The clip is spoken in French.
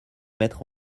mettre